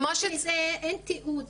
חוץ מזה אין תיעוד